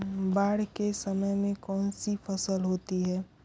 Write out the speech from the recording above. बाढ़ के समय में कौन सी फसल होती है?